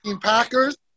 Packers